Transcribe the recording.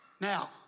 Now